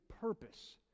purpose